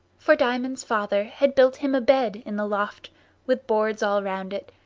for diamond's father had built him a bed in the loft with boards all round it,